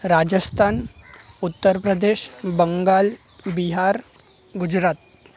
Rajasthan Uttar Pradesh Bengal Bihar Gujarat